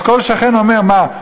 אז כל שכן אומר: מה,